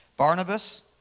Barnabas